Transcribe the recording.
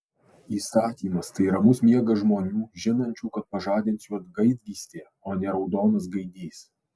įstatymas tai ramus miegas žmonių žinančių kad pažadins juos gaidgystė o ne raudonas gaidys